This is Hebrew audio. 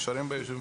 נשארים ביישובים,